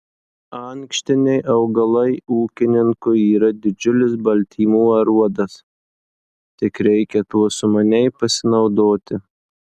ankštiniai augalai ūkininkui yra didžiulis baltymų aruodas tik reikia tuo sumaniai pasinaudoti